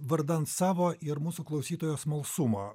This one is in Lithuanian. vardan savo ir mūsų klausytojų smalsumo